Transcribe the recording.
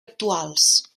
actuals